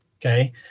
okay